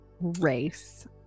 race